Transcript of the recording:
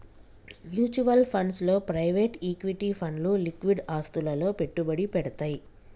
mutual funds లో private equity ఫండ్లు liquid ఆస్తులలో పెట్టుబడి పెడ్తయ్